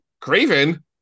Craven